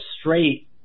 straight